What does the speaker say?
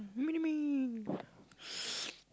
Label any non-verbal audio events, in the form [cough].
mini me [noise]